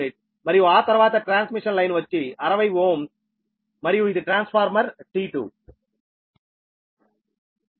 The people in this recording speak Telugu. u మరియు ఆ తర్వాత ట్రాన్స్మిషన్ లైన్ వచ్చి 60 Ω మరియు ఇది ట్రాన్స్ఫార్మర్ T2